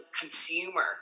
consumer